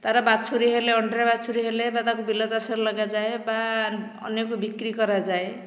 ତା'ର ବାଛୁରୀ ହେଲେ ଅଣ୍ଡିରା ବାଛୁରୀ ହେଲେ ବା ତାକୁ ବିଲ ଚାଷ ରେ ଲଗାଯାଏ ବା ଅନ୍ୟକୁ ବିକ୍ରି କରାଯାଏ